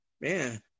man